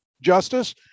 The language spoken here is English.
justice